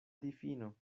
difino